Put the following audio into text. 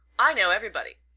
i know everybody.